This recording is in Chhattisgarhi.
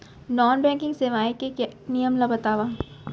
नॉन बैंकिंग सेवाएं के नियम ला बतावव?